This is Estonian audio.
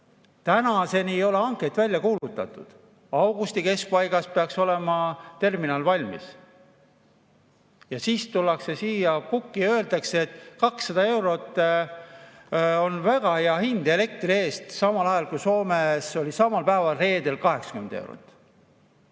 Tänaseni ei ole hankeid välja kuulutatud. Augusti keskpaigas peaks olema terminal valmis. Ja siis tullakse siia pukki ja öeldakse, et 200 eurot on väga hea hind elektri eest, samal ajal kui Soomes oli samal päeval, reedel 80 eurot.